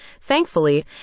Thankfully